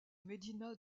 médina